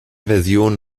versionen